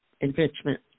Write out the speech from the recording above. enrichment